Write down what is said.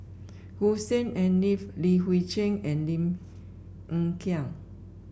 Hussein Haniff Li Hui Cheng and Lim Hng Kiang